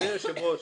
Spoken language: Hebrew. אדוני היושב-ראש,